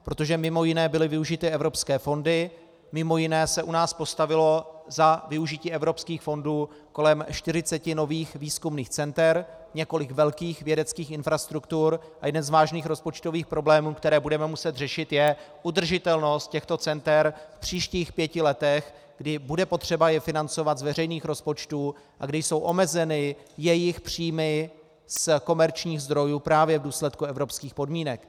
Protože mimo jiné byly využity evropské fondy, mimo jiné se u nás postavilo za využití evropských fondů kolem 40 nových výzkumných center, několik velkých vědeckých infrastruktur a jeden z vážných rozpočtových problémů, které budeme muset řešit, je udržitelnost těchto center v příštích pěti letech, kdy bude potřeba je financovat z veřejných rozpočtů a kdy jsou omezeny jejich příjmy z komerčních zdrojů právě v důsledku evropských podmínek.